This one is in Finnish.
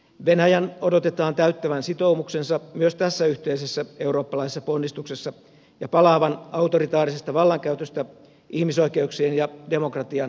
venäjän odotetaan täyttävän sitoumuksensa myös tässä yhteisessä eurooppalaisessa ponnistuksessa ja palaavan autoritaarisesta vallankäytöstä ihmisoikeuksien ja demokratian kunnioittamiseen